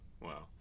Wow